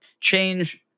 change